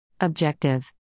Objective